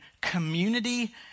community